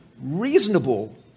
Reasonable